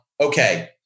okay